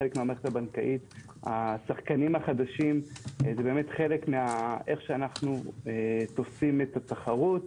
כחלק מהמערכת הבנקאית השחקנים החדשים זה חלק מאיך שאנו צופים את התחרות,